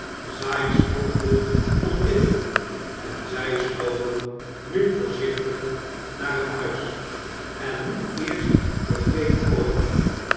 sikes volgde onmiddellijk en zij slopen nu voorzichtig naar het huis en nu eerst begreep olivier